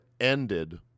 ended